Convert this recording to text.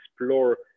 explore